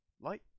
Light